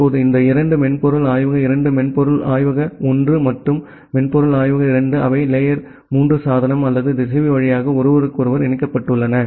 இப்போது இந்த இரண்டு மென்பொருள் ஆய்வக 2 மென்பொருள் ஆய்வக 1 மற்றும் மென்பொருள் ஆய்வக 2 அவை லேயர் 3 சாதனம் அல்லது திசைவி வழியாக ஒருவருக்கொருவர் இணைக்கப்பட்டுள்ளன